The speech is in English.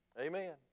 Amen